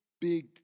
big